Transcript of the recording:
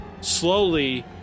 slowly